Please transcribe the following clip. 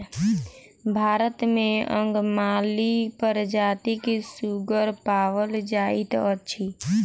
भारत मे अंगमाली प्रजातिक सुगर पाओल जाइत अछि